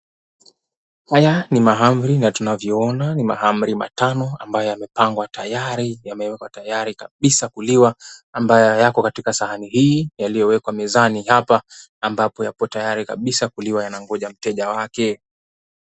Haya ni mahamri na tunavyoona ni mahamri matano ambayo yamepangwa tayari yamewekwa tayari kabisa kuliwa ambayo yako katika sahani hii yaliyowekwa mezani hii hapa ambayo yapo tayari kabisa kuliwa yanangoja mteja wake.